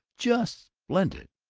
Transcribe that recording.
just splendid.